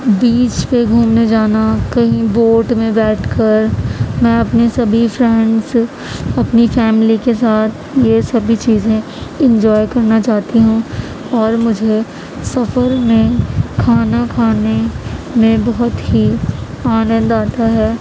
بیچ پہ گھومنے جانا کہیں بوٹ میں بیٹھ کر میں اپنے سبھی فرینڈس اپنی فیملی کے ساتھ یہ سبھی چیزیں انجوائے کرنا چاہتی ہوں اور مجھے سفر میں کھانا کھانے میں بہت ہی آنند آتا ہے